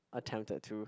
attempted to